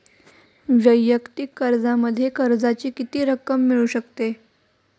वैयक्तिक कर्जामध्ये कर्जाची किती रक्कम मिळू शकते?